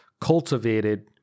cultivated